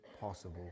possible